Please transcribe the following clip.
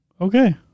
Okay